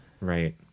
right